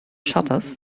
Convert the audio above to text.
shutters